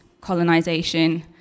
colonization